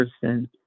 person